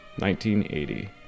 1980